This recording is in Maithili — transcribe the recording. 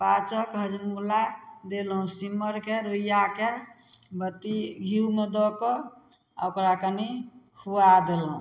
पाचक हजमोला देलहुँ सिम्मरके रुइयाके बत्ती घीमे दऽ कऽ आओर ओकरा कनी खुआ देलहुँ